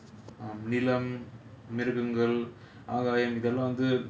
நிலம் மிருகங்கள் ஆகாயம் இதெல்லாம் வந்து:nilam mirugangal aagaayam ithellaam vanthu